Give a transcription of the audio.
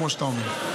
כמו שאתה אומר.